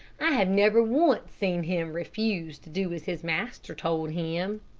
i have never once seen him refuse to do as his master told him.